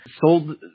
sold